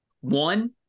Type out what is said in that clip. one